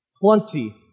plenty